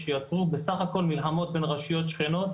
שיצרו בסך הכל מלחמות בין רשויות שכנות.